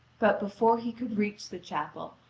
but before he could reach the chapel,